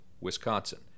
Wisconsin